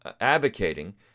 advocating